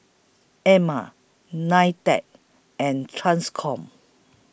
Ema NITEC and TRANSCOM